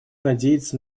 надеяться